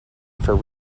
for